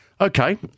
Okay